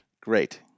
Great